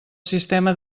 sistema